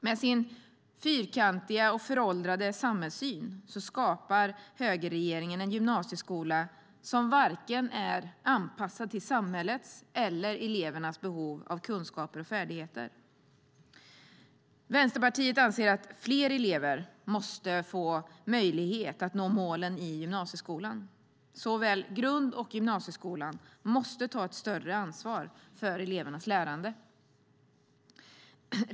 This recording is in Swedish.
Med sin fyrkantiga och föråldrade samhällssyn skapar högerregeringen en gymnasieskola som inte är anpassad till vare sig samhällets eller elevernas behov av kunskaper och färdigheter. Vänsterpartiet anser att fler elever måste få möjlighet att nå målen i gymnasieskolan. Såväl grund som gymnasieskolan måste ta ett större ansvar för elevernas lärande.